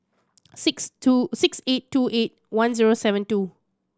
six two six eight two eight one zero seven two